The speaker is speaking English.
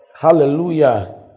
Hallelujah